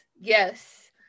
Yes